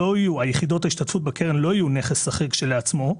היחידות או ההשתתפות בקרן לא יהיו נכס חריג כשלעצמו,